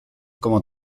como